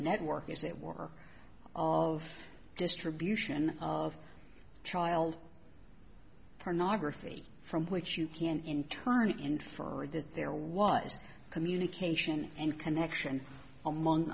network is that war of distribution of child pornography from which you can in turn in for that there was communication and connection among